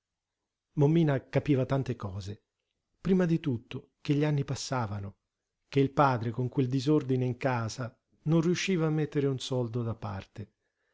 mommina capiva tante cose prima di tutto che gli anni passavano che il padre con quel disordine in casa non riusciva a mettere un soldo da parte